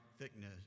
thickness